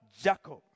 Jacob